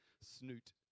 snoot